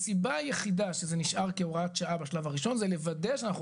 הסיבה היחידה שזה נשאר כהוראת שעה בשלב הראשון זה לוודא שאנחנו